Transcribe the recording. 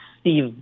Steve